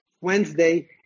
Wednesday